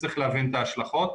וצריך להבין את ההשלכות.